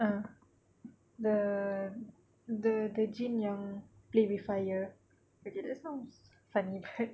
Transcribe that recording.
ah the the the jin yang play with fire okay that sounds funny but